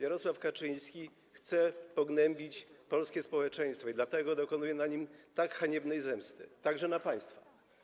Jarosław Kaczyński chce pognębić polskie społeczeństwo i dlatego dokonuje na nim tak haniebnej zemsty, także na państwu.